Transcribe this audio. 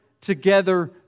together